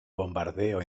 bombardeo